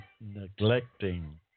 neglecting